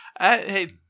hey